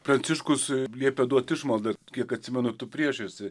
pranciškus liepė duot išmaldą kiek atsimenu tu prieš esi